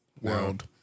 World